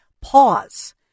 pause